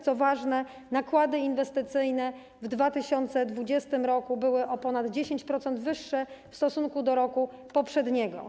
Co ważne, nakłady inwestycyjne w 2020 r. były o ponad 10% wyższe w stosunku do roku poprzedniego.